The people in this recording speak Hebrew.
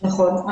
נכון.